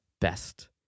best